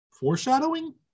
foreshadowing